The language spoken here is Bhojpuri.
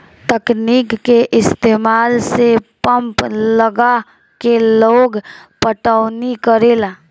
तकनीक के इस्तमाल से पंप लगा के लोग पटौनी करेला